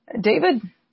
David